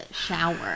shower